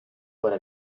para